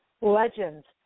legends